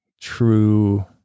true